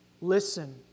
Listen